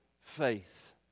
Faith